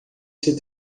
seu